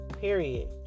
Period